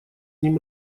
ним